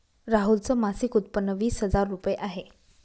राहुल च मासिक उत्पन्न वीस हजार रुपये आहे